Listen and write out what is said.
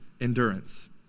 endurance